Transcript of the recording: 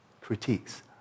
critiques